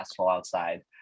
outside